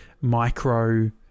micro